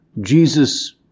Jesus